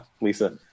Lisa